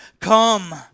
Come